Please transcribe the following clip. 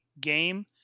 game